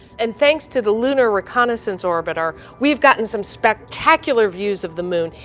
and thanks to the lunar reconnaissance orbiter, we've gotten some spectacular views of the moon,